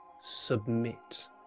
submit